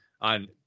on